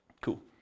Cool